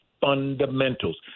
fundamentals